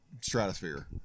stratosphere